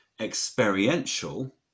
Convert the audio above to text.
experiential